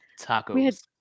tacos